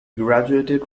graduated